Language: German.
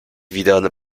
wieder